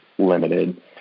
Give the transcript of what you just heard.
limited